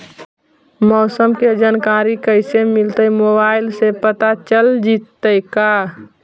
मौसम के जानकारी कैसे मिलतै मोबाईल से पता चल जितै का?